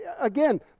Again